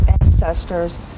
ancestors